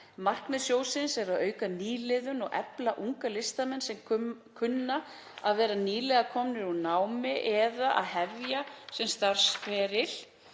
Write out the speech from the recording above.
Markmið sjóðsins er að auka nýliðun og efla unga listamenn sem kunna að vera nýlega komnir úr námi eða að hefja sinn starfsferil.